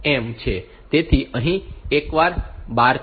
તેથી અહીં પણ એક બાર છે